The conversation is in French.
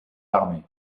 armée